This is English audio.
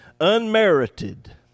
unmerited